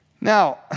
Now